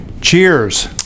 Cheers